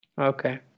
Okay